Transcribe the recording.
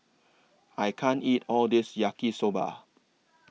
I can't eat All This Yaki Soba